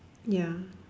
ya